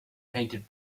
painted